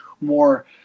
more